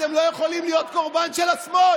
אתם לא יכולים להיות קורבן של השמאל.